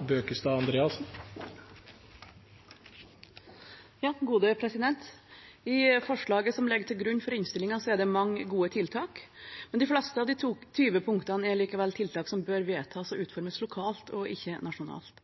det mange gode tiltak, men de fleste av de 20 punktene er likevel tiltak som bør vedtas og utformes lokalt, ikke nasjonalt.